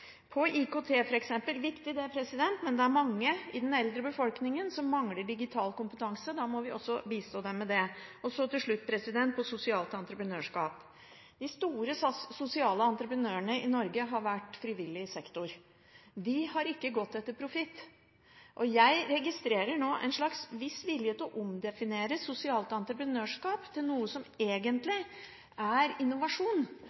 det. IKT er også viktig, men det er mange i den eldre befolkningen som mangler digital kompetanse, da må vi også bistå dem med det. Så til slutt om sosialt entreprenørskap: De store sosiale entreprenørene i Norge har vært i frivillig sektor. De har ikke gått etter profitt. Jeg registrerer nå en viss vilje til å omdefinere sosialt entreprenørskap til noe som